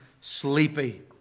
sleepy